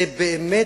זה באמת,